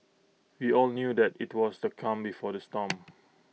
we all knew that IT was the calm before the storm